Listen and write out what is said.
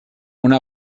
una